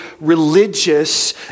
religious